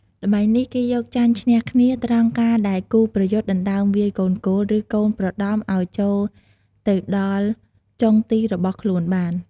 ល្បែងនេះ គេយកចាញ់ឈ្នះគ្នា ត្រង់ការដែលគូប្រយុទ្ធដណ្តើមវាយកូនគោល ឬកូនប្រដំឲ្យចូលទៅដល់់ចុងទីរបស់ខ្លួនបាន។